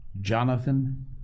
Jonathan